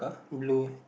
blue